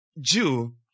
Jew